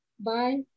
Bye